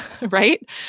right